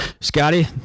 Scotty